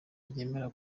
ryemera